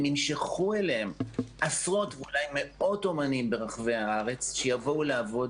הם ימשכו אליהם עשרות ואולי מאות אומנים מרחבי הארץ שיבואו לעבוד